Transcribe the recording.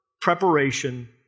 preparation